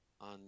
on